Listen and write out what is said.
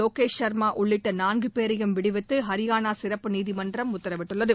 வோகேஷ் சர்மா உள்ளிட்ட நாள்கு பேரையும் விடுவித்து ஹரியானா சிறப்பு நீதிமன்றம் உத்தரவிட்டுள்ளது